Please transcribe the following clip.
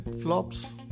flops